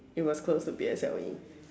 it was close to P_S_L_E